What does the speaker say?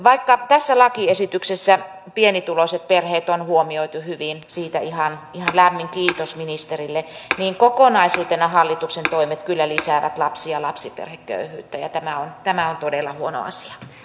vaikka tässä lakiesityksessä pienituloiset perheet on huomioitu hyvin siitä ihan lämmin kiitos ministerille niin kokonaisuutena hallituksen toimet kyllä lisäävät lapsiperheiden köyhyyttä ja tämä on todella huono asia